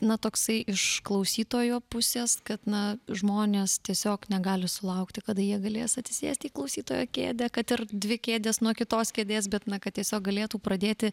na toksai iš klausytojo pusės kad na žmonės tiesiog negali sulaukti kada jie galės atsisėsti į klausytojo kėdę kad ir dvi kėdės nuo kitos kėdės bet na kad tiesiog galėtų pradėti